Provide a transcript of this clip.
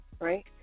right